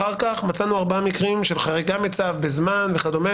אחר כך מצאנו ארבעה מקרים של חריגה מצו בזמן וכדומה,